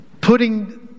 putting